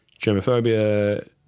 germophobia